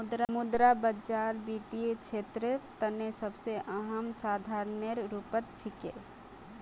मुद्रा बाजार वित्तीय क्षेत्रेर तने सबसे अहम साधनेर रूपत छिके